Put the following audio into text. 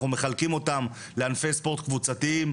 אנחנו מחלקים אותם לענפי ספורט קבוצתיים,